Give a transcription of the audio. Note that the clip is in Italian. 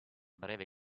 breve